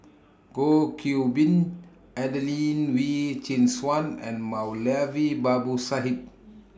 Goh Qiu Bin Adelene Wee Chin Suan and Moulavi Babu Sahib